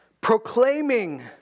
proclaiming